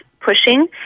pushing